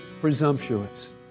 presumptuous